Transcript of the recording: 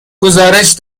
گزارش